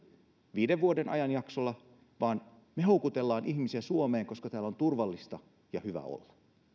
viiden vuoden ajanjaksolla vaan me houkuttelemme ihmisiä suomeen koska täällä on turvallista ja hyvä olla